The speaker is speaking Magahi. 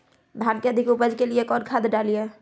धान के अधिक उपज के लिए कौन खाद डालिय?